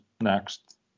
next